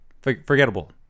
forgettable